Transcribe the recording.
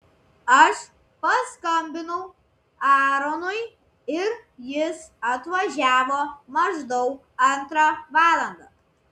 aš paskambinau aaronui ir jis atvažiavo maždaug antrą valandą